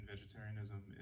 vegetarianism